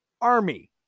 army